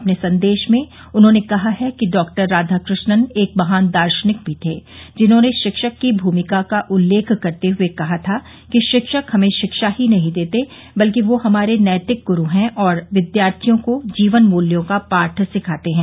अपने संदेश में उन्होंने कहा है कि डॉक्टर राधाकृष्णन एक महान दार्शनिक भी थे जिन्होनें शिक्षक की भूमिका का उल्लेख करते हुए कहा था कि शिक्षक हमें शिक्षा ही नहीं देते बल्कि वे हमारे नैतिक गुरू हैं और विद्यार्थियों को जीवन मूल्यें का पाठ सिखाते हैं